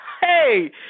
Hey